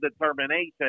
determination